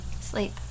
Sleep